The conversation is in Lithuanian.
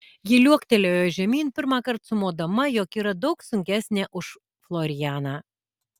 ji liuoktelėjo žemyn pirmąkart sumodama jog yra daug sunkesnė už florianą